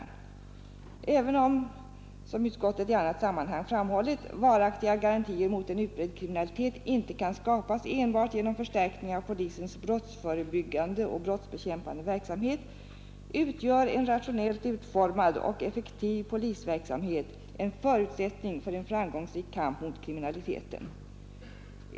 Även om, som utskottet i annat sammanhang framhållit, varaktiga garantier mot en utbredd kriminalitet inte kan skapas enbart genom förstärkning av polisens brottsförebyggande och brottsbekämpande verksamhet, utgör en rationellt utformad och effektiv polisverksamhet en förutsättning för en framgångsrik kamp mot kriminaliteten.